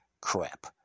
crap